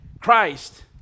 Christ